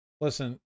Listen